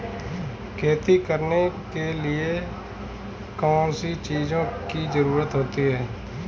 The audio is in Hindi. खेती करने के लिए कौनसी चीज़ों की ज़रूरत होती हैं?